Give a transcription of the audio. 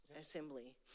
Assembly